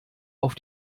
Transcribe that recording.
auf